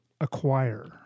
acquire